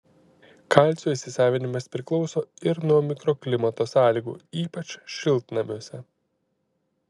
kalcio įsisavinimas priklauso ir nuo mikroklimato sąlygų ypač šiltnamiuose